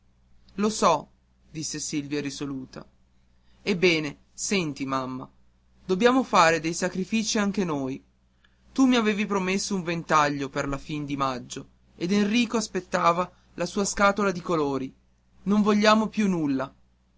lo so disse silvia risoluta ebbene senti mamma dobbiamo fare dei sacrifici anche noi tu m'avevi promesso un ventaglio per la fin di maggio e enrico aspettava la sua scatola di colori non vogliamo più nulla